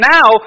Now